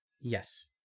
yes